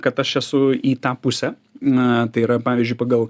kad aš esu į tą pusę na tai yra pavyzdžiu pagal